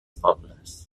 pobles